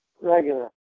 regular